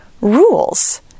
rules